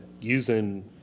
using